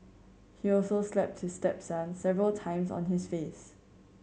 he also slapped his stepson several times on his face